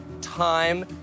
time